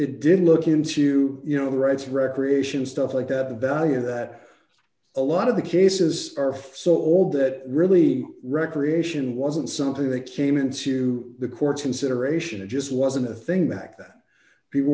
it did look into you know the rights recreation stuff like that the value that a lot of the cases are for so old that really recreation wasn't something that came into the courts consideration it just wasn't a thing back then people